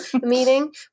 meeting